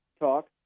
talk